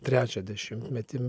trečią dešimtmetį